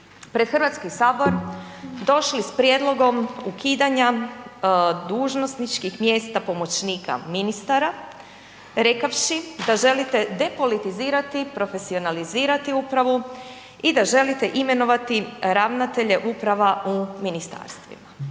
pred HS došli s prijedlogom ukidanja dužnosničkih mjesta pomoćnika ministara rekavši da želite depolitizirati, profesionalizirati upravu i da želite imenovati ravnatelje uprava u ministarstvima.